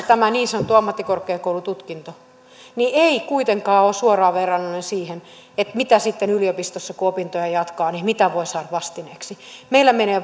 tämä niin sanottu ammattikorkeakoulututkinto on ulkomailla suomessa se ei kuitenkaan ole suoraan verrannollinen siihen mitä sitten yliopistossa kun opintoja jatkaa voi saada vastineeksi meillä menee